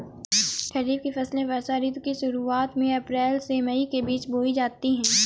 खरीफ की फसलें वर्षा ऋतु की शुरुआत में अप्रैल से मई के बीच बोई जाती हैं